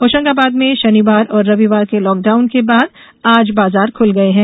होशंगाबाद में शनिवार और रविवार के लॉकडाउन के बाद आज बाजार खुल गये हैं